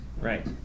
right